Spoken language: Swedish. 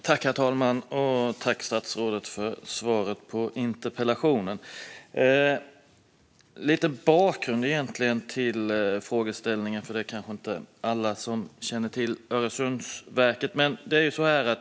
Herr talman! Jag tackar statsrådet för svaret på min interpellation. Låt mig ge lite bakgrund, för alla kanske inte känner till Öresundsverket.